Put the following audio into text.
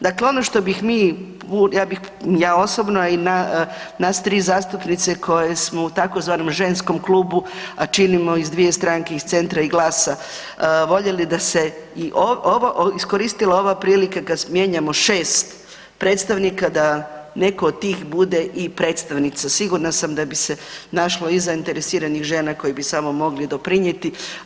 Dakle, ono što bi mi, ja osobno, a i nas tri zastupnice koje smo u tzv. ženskom klubu, a činimo iz dvije stranke iz Centra i GLAS-a voljeli da se iskoristila ova prilika kada mijenjamo šest predstavnika da netko od tih bude i predstavnica, sigurna sam da bi se našlo zainteresiranih žena koje bi samo mogle doprinijeti.